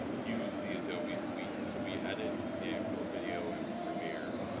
use the adobe suite. so, we edit the actual video and premiere.